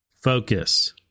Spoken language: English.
Focus